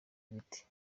ibiti